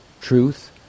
truth